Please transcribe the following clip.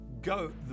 Go